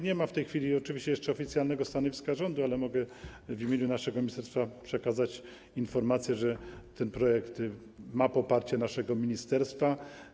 Nie ma w tej chwili oczywiście jeszcze oficjalnego stanowiska rządu, ale mogę w imieniu naszego ministerstwa przekazać informację, że ten projekt ma poparcie naszego ministerstwa.